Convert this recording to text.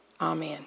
Amen